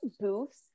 booths